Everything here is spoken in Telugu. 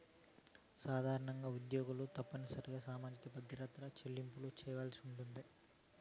సాధారణంగా ఉద్యోగులు తప్పనిసరిగా సామాజిక భద్రత చెల్లింపులు చేయాల్సుండాది